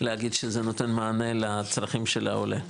להגיד שזה נותן מענה לצרכים של העולה.